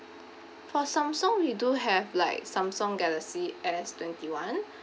for samsung we do have like samsung galaxy S twenty one